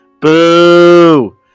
Boo